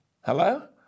Hello